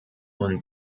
und